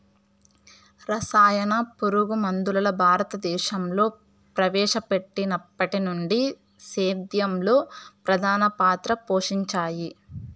రసాయన పురుగుమందులు భారతదేశంలో ప్రవేశపెట్టినప్పటి నుండి సేద్యంలో ప్రధాన పాత్ర పోషించాయి